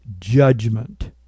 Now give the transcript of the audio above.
judgment